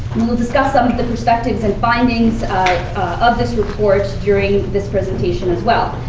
we will discuss some of the perspectives and findings of this report during this presentation, as well.